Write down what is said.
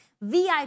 vip